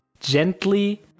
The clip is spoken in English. gently